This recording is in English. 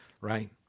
right